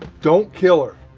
don't kill her.